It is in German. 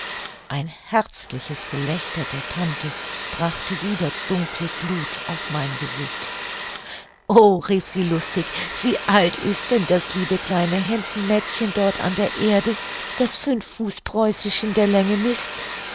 ein herzliches gelächter der tante brachte wieder dunkle gluth auf mein gesicht o rief sie lustig wie alt ist denn das liebe kleine hemdenmätzchen dort an der erde das fünf fuß preußisch in der länge mißt